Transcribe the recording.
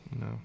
No